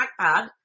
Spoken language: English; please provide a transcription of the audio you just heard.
trackpad